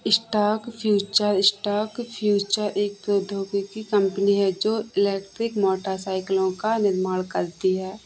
star future ईस्टाक future एक प्रौद्योगिकी कम्पनी है जो इलेक्ट्रिक मोटरसाइकिलों का निर्माण करती है